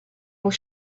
will